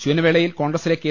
ശൂന്യ വേളയിൽ കോൺഗ്രസിലെ കെ